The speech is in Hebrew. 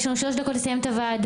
יש לנו שלוש דקות לסיים את הוועדה.